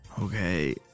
Okay